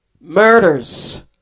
murders